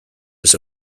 his